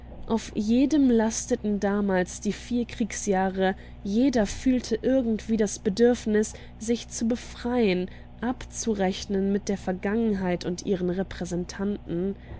auf jedem lasteten damals die vier kriegsjahre jeder fühlte irgendwie das bedürfnis sich zu befreien abzurechnen mit der vergangenheit und ihren repräsentanten